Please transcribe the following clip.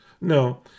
No